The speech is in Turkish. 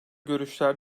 görüşler